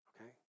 Okay